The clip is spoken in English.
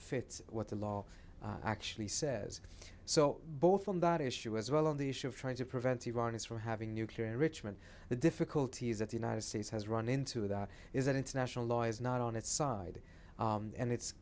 fit what the law actually says so both on that issue as well on the issue of trying to prevent iran is from having nuclear enrichment the difficulty is that the united states has run into that is an international law is not on its side and it's